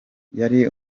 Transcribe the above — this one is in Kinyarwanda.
yari